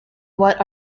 what